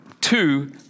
two